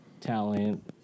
talent